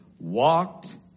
walked